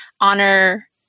honor